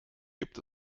gibt